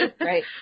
Right